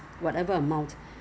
你 have toner do you have toner